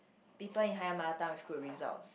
people in higher mother tongue with good results